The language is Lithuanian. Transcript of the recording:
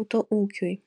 autoūkiui